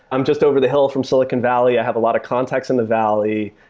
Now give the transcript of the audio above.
i'm just over the hill from silicon valley. i have a lot of contacts in the valley.